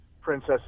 Princess